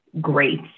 great